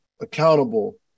accountable